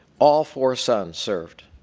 all four sons served.